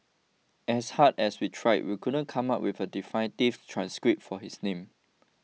as hard as we tried we couldn't come up with a definitive transcript for his name